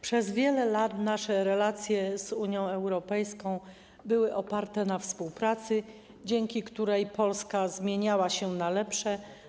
Przez wiele lat nasze relacje z Unią Europejską były oparte na współpracy, dzięki której Polska zmieniała się na lepsze.